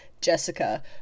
Jessica